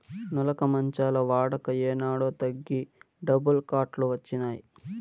నులక మంచాల వాడక ఏనాడో తగ్గి డబుల్ కాట్ లు వచ్చినాయి